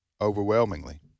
overwhelmingly